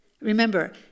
Remember